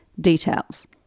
details